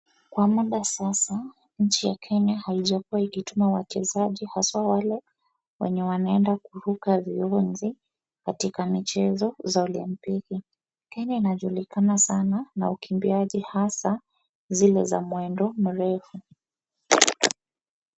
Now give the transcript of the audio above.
Kwa muda sasa ,nchi ya Kenya haijakuwa ikituma wachezaji hasa wale wenye wanaenda kuruka zoezi katika michezo za olympiki. Kenya inajulikana sana na ukimbiaji hasa zile za mwendo mrefu.